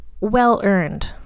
well-earned